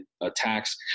attacks